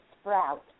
sprout